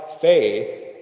faith